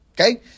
Okay